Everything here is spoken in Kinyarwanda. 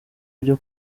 byo